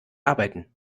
arbeiten